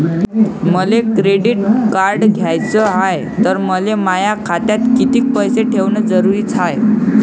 मले credit card घ्याचं हाय, त मले माया खात्यात कितीक पैसे ठेवणं जरुरीच हाय?